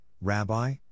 Rabbi